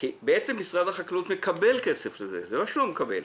משרד החקלאות מקבל כסף לזה, זה לא שהוא לא מקבל.